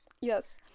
Yes